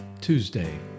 Tuesday